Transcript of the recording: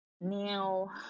now